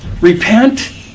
repent